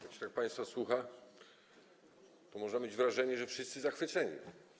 Jak się tak państwa słucha, to można mieć wrażenie, że wszyscy są zachwyceni.